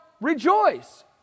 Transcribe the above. rejoice